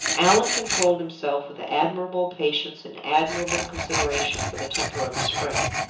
allan controlled himself with admirable patience and admirable consideration for the temper of his friend.